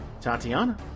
Tatiana